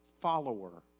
follower